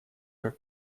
как